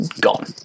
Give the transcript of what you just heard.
gone